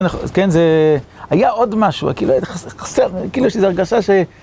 כן, זה... היה עוד משהו, כאילו חסר, כאילו שזו הרגשה ש...